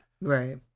Right